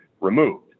removed